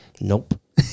Nope